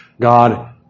God